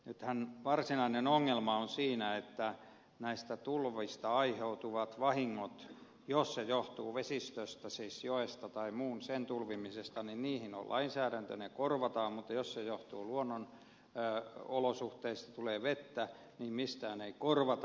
nythän varsinainen ongelma on siinä että näistä tulvista aiheutuvat vahingot jos ne johtuvat vesistöstä siis joen tai muun tulvimisesta niihin on lainsäädäntö ne korvataan mutta jos ne johtuvat luonnonolosuhteista tulee vettä niin mistään ei korvata